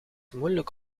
moeilijk